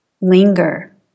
linger